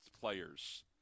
players